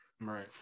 Right